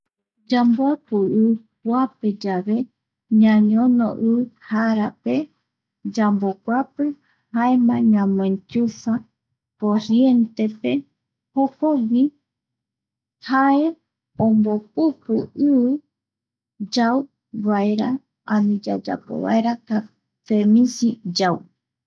Yamboaku i kuape yave ñañono i jara pe yamboguapi jaema ñamo enchufa corrientepe jokogui jae ombopupu i yauvaera ani yayapovaera cafemisi yau.